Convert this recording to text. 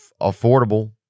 affordable